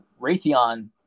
Raytheon